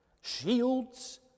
shields